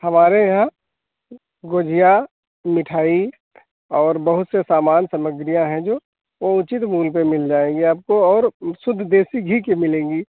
हमारे यहाँ गुजिया मिठाई और बहुत से सामान सामग्रियाँ हैं जो वो उचित मूल्य पर मिल जाएंगे आपको और शुद्ध देसी घी की मिलेंगी